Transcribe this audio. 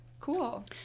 Cool